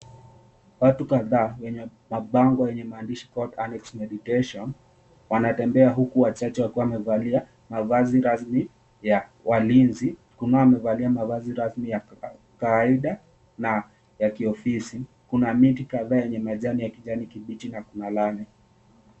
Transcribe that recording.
Watu kadhaa wenye mabango yenye maandishi Annex Meditation wanatembea, huku wachache wamevalia mavazi rasmi ya walinzi, kunao wamevalia mavazi rasmi ya kawaida, na ya kiofisi. Kuna miti kadhaa yenye majani ya kijani kibichi na kuna lami.